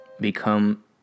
become